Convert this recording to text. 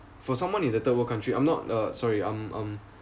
for someone in the third world country I'm not uh sorry I'm I'm